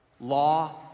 law